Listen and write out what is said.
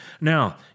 Now